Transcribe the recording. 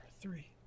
three